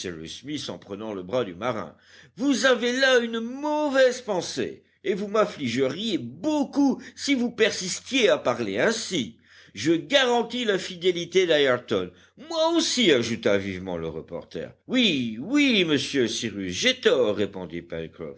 en prenant le bras du marin vous avez là une mauvaise pensée et vous m'affligeriez beaucoup si vous persistiez à parler ainsi je garantis la fidélité d'ayrton moi aussi ajouta vivement le reporter oui oui monsieur cyrus j'ai tort répondit